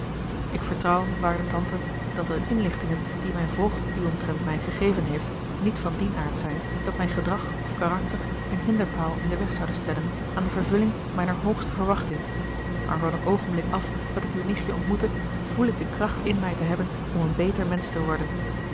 ik vertrouw waarde tante dat de inlichtingen die mijn voogd u omtrent mij gegeven heeft niet van dien aard zijn dat mijn gedrag of karakter een hinderpaal in den weg zouden stellen aan de vervulling mijner hoogste verwachting maar van het oogenblik af dat ik uw nichtje ontmoette voel ik de kracht in mij te hebben om een beter mensch te worden